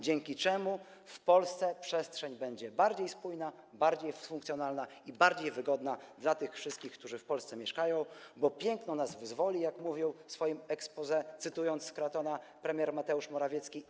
Dzięki temu w Polsce przestrzeń będzie bardziej spójna, bardziej funkcjonalna i bardziej wygodna dla tych wszystkich, którzy mieszkają w Polsce, bo piękno nas wyzwoli, jak mówił w swoim exposé, cytując Scrutona, premier Mateusz Morawiecki.